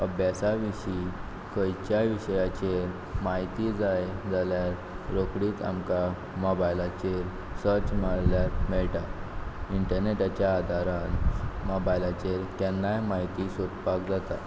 अभ्यासा विशीं खंयच्याय विशयाचेर म्हायती जाय जाल्यार रोखडीच आमकां मोबायलाचेर सर्च मारल्यार मेळटा इंटरनेटाचेर आदारान मोबायलाचेर केन्नाय म्हायती सोदपाक जाता